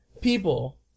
people